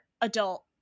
adult